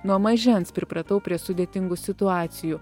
nuo mažens pripratau prie sudėtingų situacijų